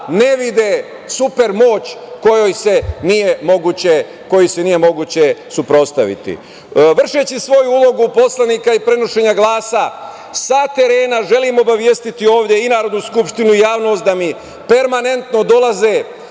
ne vide super moć kojoj se nije moguće suprotstaviti. Vršeći svoju ulogu poslanika i prenošenja glasa sa terena, želim obavestiti ovde i Narodnu skupštinu i javnost da mi permanentno dolaze